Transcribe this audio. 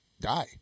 die